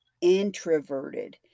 introverted